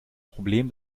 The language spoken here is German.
problem